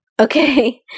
Okay